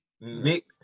Nick